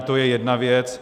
To je jedna věc.